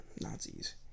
Nazis